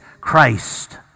Christ